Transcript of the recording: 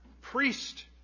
priest